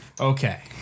Okay